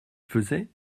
faisait